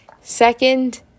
Second